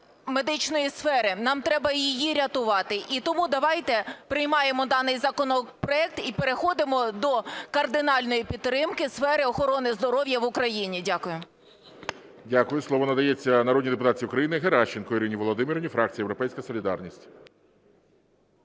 медичної сфери, нам треба її рятувати. І тому давайте приймаємо даний законопроект і переходимо до кардинальної підтримки сфери охорони здоров'я в Україні. Дякую. ГОЛОВУЮЧИЙ. Дякую. Слово надається народній депутатці України Геращенко Ірині Володимирівні, фракція "Європейська солідарність".